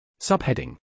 Subheading